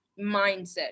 mindset